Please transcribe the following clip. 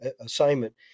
assignment